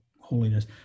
holiness